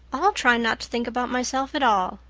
i'll try not to think about myself at all.